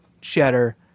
cheddar